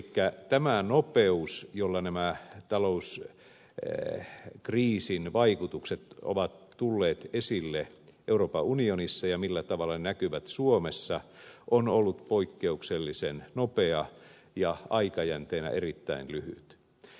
tämä nopeus jolla nämä talouskriisin vaikutukset ovat tulleet esille euroopan unionissa ja millä tavalla ne näkyvät suomessa on ollut poikkeuksellisen suuri ja aikajänne erittäin lyhyt